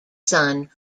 son